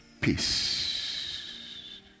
Peace